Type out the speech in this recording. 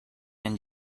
and